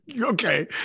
okay